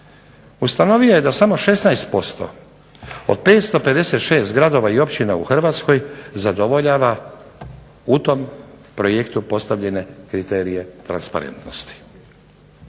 Ustanovio je da samo 16% od 556 gradova i općina u Hrvatskoj zadovoljava u tom projektu postavljene kriterije transparentnosti.